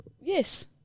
Yes